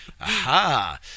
Aha